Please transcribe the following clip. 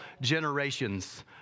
generations